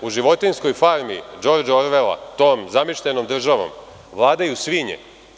U „Životinjskoj farmi“ Džordža Orvela, tom zamišljenom državom vladaju svinje.